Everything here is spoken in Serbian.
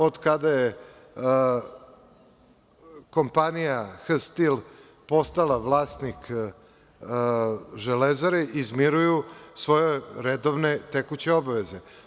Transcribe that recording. Od kada je kompanija „H Stil“ postala vlasnik „Železare“, izmiruju svoje redovne tekuće obaveze.